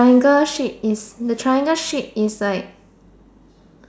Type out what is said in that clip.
angle shape is the triangle is like